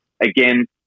again